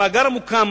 המאגר המוקם